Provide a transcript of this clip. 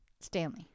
Stanley